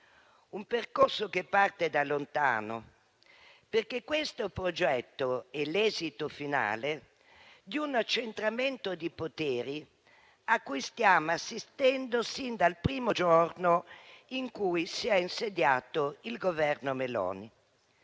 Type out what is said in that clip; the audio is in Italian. un percorso che parte da lontano, perché questo progetto è l'esito finale di un accentramento di poteri a cui stiamo assistendo sin dal primo giorno in cui si è insediato il Governo Meloni;